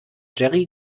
jerry